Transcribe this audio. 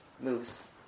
moves